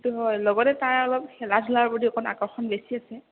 সেইটো হয় লগতে তাৰ অলপ খেলা ধূলাৰ প্ৰতি অকণ আকৰ্ষণ বেছি আছে